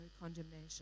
condemnation